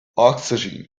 oxygen